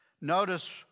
notice